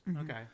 Okay